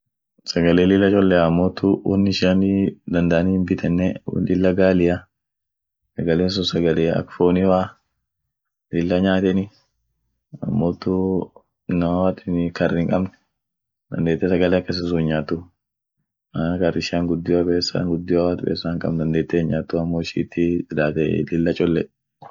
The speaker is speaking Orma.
Sagale lilla chollea amotu won ishianii dandaani hin betene lilla gaalia sagale sun sagale ak foni fa, lilla nyaateni amotu inaman woatin kar hin kabn dandeete sagale akasi sun hin'nyaatu, mana kar ishian gudio pesan gudio woatin pesa hinkabn dandeete hin' nyaatu amo ishitii silatee lilla cholle.